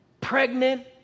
pregnant